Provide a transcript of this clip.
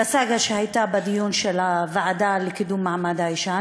לסאגה שהייתה בדיון של הוועדה לקידום מעמד האישה.